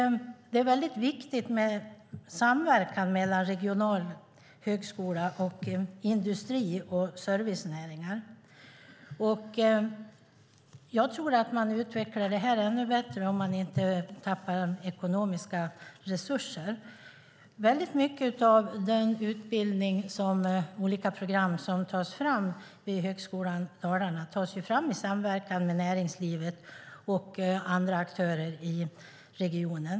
Det är viktigt med samverkan mellan regional högskola, industri och servicenäringar. Jag tror att man utvecklar detta ännu bättre om man inte tappar ekonomiska resurser. Mycket av den utbildning och olika program som tas fram vid Högskolan Dalarna tas fram i samverkan med näringslivet och andra aktörer i regionen.